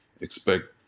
expect